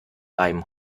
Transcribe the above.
beim